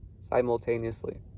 simultaneously